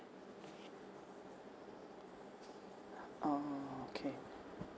orh okay